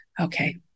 okay